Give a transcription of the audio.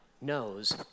knows